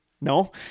No